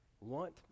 want